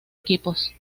equipos